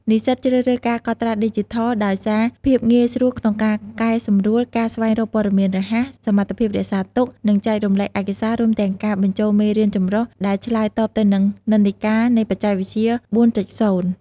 និស្សិតជ្រើសរើសការកត់ត្រាឌីជីថលដោយសារភាពងាយស្រួលក្នុងការកែសម្រួល ការស្វែងរកព័ត៌មានរហ័ស សមត្ថភាពរក្សាទុក និងចែករំលែកឯកសារ រួមទាំងការបញ្ចូលមេរៀនម្រុះ ដែលឆ្លើយតបទៅនឹងនិន្នាការនៃបច្ចេកវិទ្យា ៤.០។